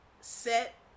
set